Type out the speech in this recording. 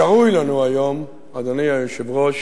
שרוי לנו היום, אדוני היושב-ראש,